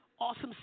awesome